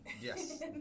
yes